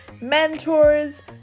mentors